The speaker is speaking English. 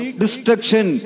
destruction